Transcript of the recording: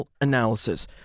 analysis